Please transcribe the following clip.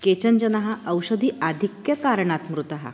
केचन जनः औषधेः आधिक्यकारणात् मृतः